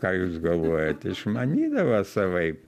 ką jūs galvojat išmanydavo savaip